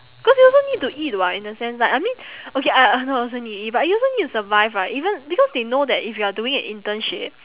cause you also need to eat [what] in a sense like I mean okay I I know also need to eat but you also need to survive right even because they know that if you are doing an internship